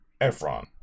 Efron